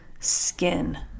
Skin